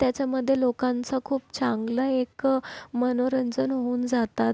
त्याच्यामध्ये लोकांचा खूप चांगला एक मनोरंजन होऊन जातात